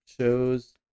Shows